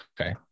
Okay